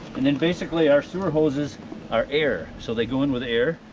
and then basically, our sewer hoses are air, so they go in with air.